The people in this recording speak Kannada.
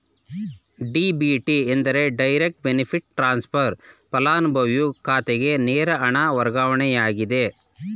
ಡಿ.ಬಿ.ಟಿ ಎಂದರೆ ಡೈರೆಕ್ಟ್ ಬೆನಿಫಿಟ್ ಟ್ರಾನ್ಸ್ಫರ್, ಪಲಾನುಭವಿಯ ಖಾತೆಗೆ ನೇರ ಹಣ ವರ್ಗಾವಣೆಯಾಗಿದೆ